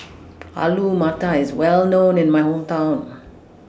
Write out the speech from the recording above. Alu Matar IS Well known in My Hometown